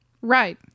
Right